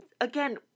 again